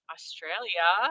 Australia